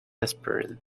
aspirin